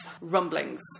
rumblings